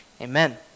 Amen